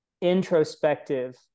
introspective